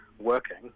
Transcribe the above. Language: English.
working